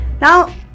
Now